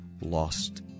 lost